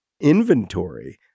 inventory